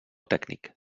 tècnic